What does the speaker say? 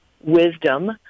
wisdom